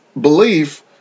belief